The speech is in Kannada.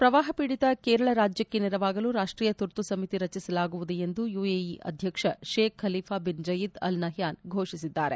ಪ್ರವಾಪ ಪೀಡಿತ ಕೇರಳ ರಾಜ್ಯಕ್ಕೆ ನೆರವಾಗಲು ರಾಷ್ಟೀಯ ತುರ್ತು ಸಮಿತಿ ರಚಿಸಲಾಗುವುದು ಎಂದು ಯುಎಇ ಅಧ್ಯಕ್ಷ Sheikh Khalifa bin Zayed Al Nahyan ಘೋಷಿಸಿದ್ದಾರೆ